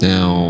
Now